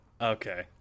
okay